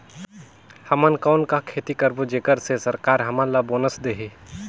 हमन कौन का खेती करबो जेकर से सरकार हमन ला बोनस देही?